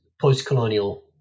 post-colonial